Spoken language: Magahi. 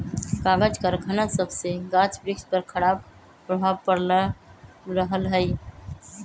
कागज करखना सभसे गाछ वृक्ष पर खराप प्रभाव पड़ रहल हइ